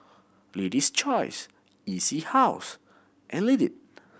Lady's Choice E C House and Lindt